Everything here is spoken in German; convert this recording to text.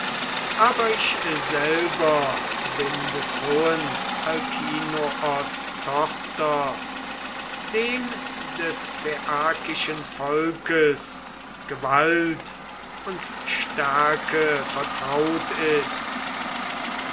aber ich selber bin des hohen alkinoos tochter dem des phaiakischen volkes gewalt und stärke vertraut ist